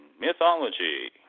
mythology